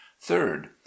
third